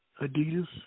Adidas